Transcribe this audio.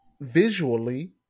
visually